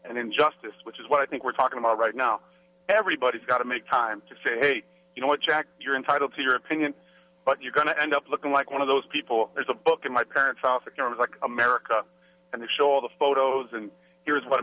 and injustice which is what i think we're talking about right now everybody's got to make time to say hey you know what jack you're entitled to your opinion but you're going to end up looking like one of those people there's a book in my parents house economists like america and they show all the photos and here is what